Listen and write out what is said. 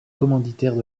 commanditaires